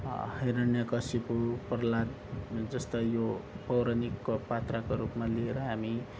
हिरण्यकशिपु प्रह्लाद जस्ता यो पौराणिकको पात्रको रूपमा लिएर हामी